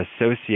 associate